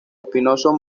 espinosos